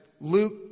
Luke